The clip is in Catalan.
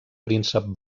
príncep